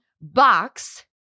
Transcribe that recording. box